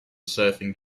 surfing